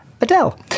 Adele